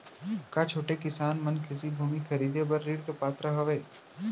का छोटे किसान मन कृषि भूमि खरीदे बर ऋण के पात्र हवे?